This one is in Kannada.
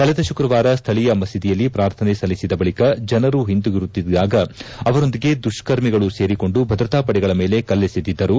ಕಳೆದ ಶುಕ್ರವಾರ ಸ್ಥಳೀಯ ಮಸೀದಿಯಲ್ಲಿ ಪ್ರಾರ್ಥನೆ ಸಲ್ಲಿಸಿದ ಬಳಿಕ ಜನರು ಹಿಂದಿರುಗುತ್ತಿದ್ದಾಗ ಅವರೊಂದಿಗೆ ದುಷ್ಕರ್ಮಿಗಳು ಸೇರಿಕೊಂಡು ಭದ್ರತಾಪಡೆಗಳ ಮೇಲೆ ಕಲ್ಲೆಸೆದಿದ್ದರು